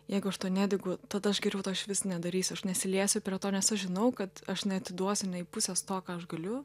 jeigu aš to nedegu tada aš geriau to išvis nedarysiu aš nesiliesiu prie to nes aš žinau kad aš neatiduosiu nei pusės to ką aš galiu